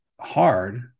hard